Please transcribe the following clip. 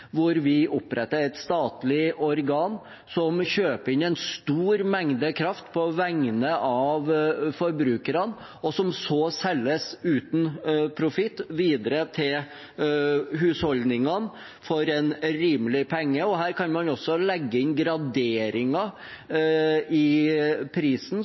hvor vi oppretter et statlig organ som kjøper inn en stor mengde kraft på vegne av forbrukerne, og som så selges uten profitt videre til husholdningene for en rimelig penge. Her kan man også legge inn graderinger i prisen